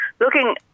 looking